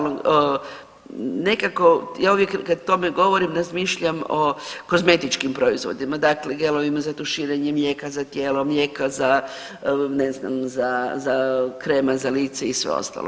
Nekako ja uvijek kad o tome govorim razmišljam o kozmetičkim proizvodima, dakle gelovima za tuširanje, mlijeka za tijelo, mlijeka za ne znam krema za lice i sve ostalo.